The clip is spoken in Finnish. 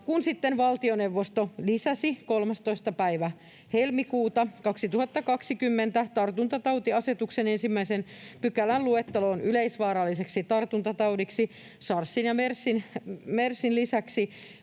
kun sitten valtioneuvosto lisäsi 13. päivä helmikuuta 2020 tartuntatautiasetuksen 1 §:n luetteloon yleisvaaralliseksi tartuntataudiksi sarsin ja mersin lisäksi